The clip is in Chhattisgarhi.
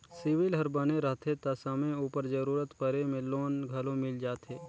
सिविल हर बने रहथे ता समे उपर जरूरत परे में लोन घलो मिल जाथे